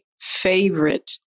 favorite